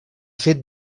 fet